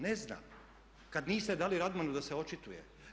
Ne znam, kad niste dali Radmanu da se očituje.